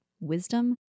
wisdom